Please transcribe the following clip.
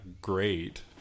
great